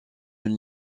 une